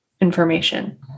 information